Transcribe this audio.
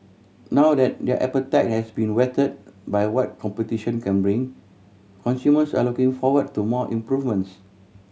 now that their appetite has been whetted by what competition can bring consumers are looking forward to more improvements